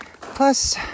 Plus